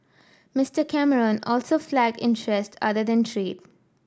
Mister Cameron also flagged interest other than trade